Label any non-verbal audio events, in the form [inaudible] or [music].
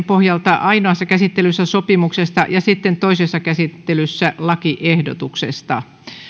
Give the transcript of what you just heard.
[unintelligible] pohjalta ainoassa käsittelyssä sopimuksesta ja sitten toisessa käsittelyssä lakiehdotuksesta